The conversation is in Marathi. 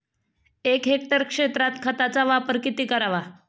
एक हेक्टर क्षेत्रात खताचा वापर किती करावा?